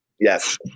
Yes